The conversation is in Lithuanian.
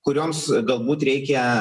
kurioms galbūt reikia